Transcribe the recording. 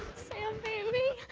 sam, baby.